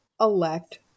elect